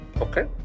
Okay